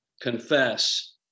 confess